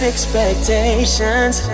Expectations